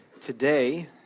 Today